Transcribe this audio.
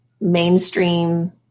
mainstream